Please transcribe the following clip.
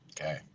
Okay